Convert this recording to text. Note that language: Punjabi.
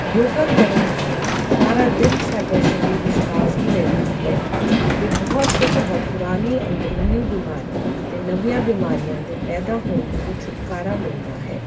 ਯੋਗਾ ਕਰਨ ਨਾਲ ਸਾਰਾ ਦਿਨ ਸਾਡੇ ਸਰੀਰ ਵਿੱਚ ਤਾਜ਼ਗੀ ਰਹਿੰਦੀ ਹੈ ਅਤੇ ਬਹੁਤ ਬਹੁਤ ਪੁਰਾਣੀਆਂ ਅੰਦਰੂਨੀ ਬਿਮਾਰੀਆਂ ਅਤੇ ਨਵੀਆਂ ਬਿਮਾਰੀਆਂ ਦੇ ਪੈਦਾ ਹੋਣ ਤੋਂ ਵੀ ਛੁਟਕਾਰਾ ਮਿਲਦਾ ਹੈ